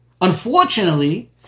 Unfortunately